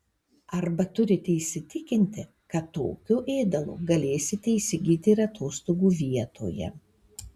arba turite įsitikinti kad tokio ėdalo galėsite įsigyti ir atostogų vietoje